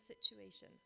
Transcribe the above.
situation